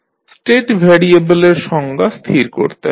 state ভ্যারিয়েবলের সংজ্ঞা স্থির করতে হবে